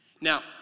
Now